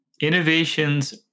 innovations